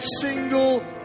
single